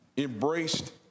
embraced